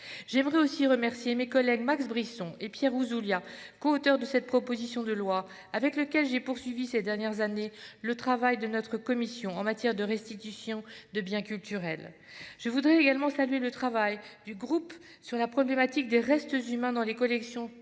J'aimerais aussi remercier mes collègues Max Brisson et Pierre Ouzoulias, coauteurs de cette proposition de loi, avec lesquels j'ai poursuivi ces dernières années le travail de notre commission en matière de restitution de biens culturels. Je voudrais également saluer les travaux du groupe de travail sur la problématique des restes humains dans les collections publiques,